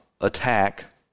attack